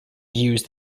use